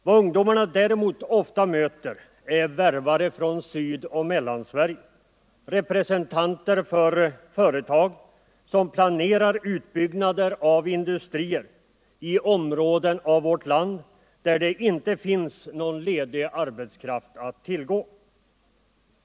Vad ungdomarna däremot ofta möter är värvare från Sydoch Mellansverige, representanter för företag som planerar utbyggnader av industrier i områden av vårt land där det inte finns någon ledig arbetskraft att tillgå.